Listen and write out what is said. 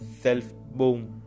self-boom